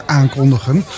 aankondigen